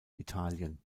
italien